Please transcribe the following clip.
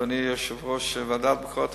אדוני יושב-ראש הוועדה לביקורת המדינה,